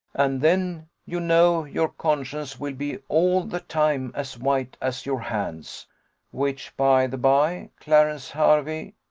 and then you know your conscience will be all the time as white as your hands which, by-the-bye, clarence hervey,